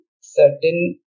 certain